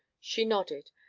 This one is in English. she nodded.